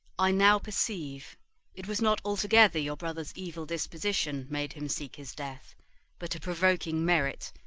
i now perceive it was not altogether your brother's evil disposition made him seek his death but a provoking merit,